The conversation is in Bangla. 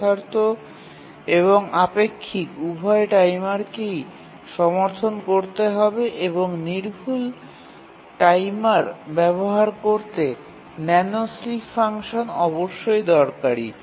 যথার্থ এবং আপেক্ষিক উভয় টাইমারকেই সমর্থন করতে হবে এবং নির্ভুল টাইমার সরবরাহ করতে ন্যানো স্লিপ ফাংশন অবশ্যই দরকারি